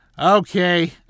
Okay